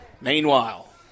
Meanwhile